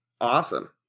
awesome